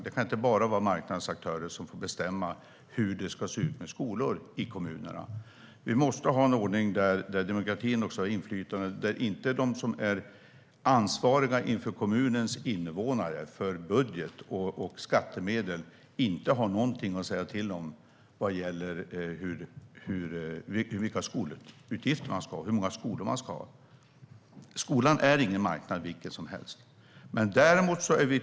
Det kan inte bara vara marknadens aktörer som får bestämma hur det ska se ut med skolor i kommunerna. Vi måste ha en ordning där demokratin också har inflytande. Det ska inte vara så att de som är ansvariga inför kommunens invånare för budget och skattemedel inte har någonting att säga till om vad gäller vilka skolutgifter man ska ha och hur många skolor man ska ha. Skolan är ingen marknad vilken som helst.